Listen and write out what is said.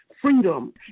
freedom